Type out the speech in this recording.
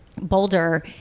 Boulder